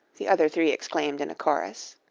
the other three exclaimed in a chorus.